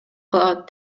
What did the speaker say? калат